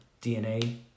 DNA